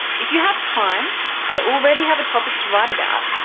if you have time and already have a topic to write about,